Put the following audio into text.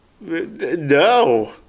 No